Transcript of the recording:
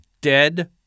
dead